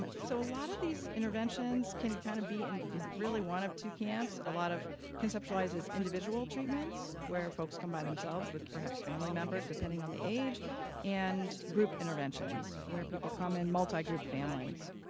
but so a lot of these interventions can can of be in really one of two camps, a lot of conceptized as individual treatments where folks come by themselves with perhaps family members depending on the age and group interventions, where people come in multigroup families.